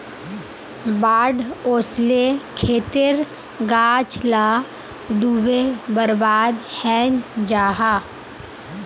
बाढ़ ओस्ले खेतेर गाछ ला डूबे बर्बाद हैनं जाहा